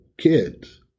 kids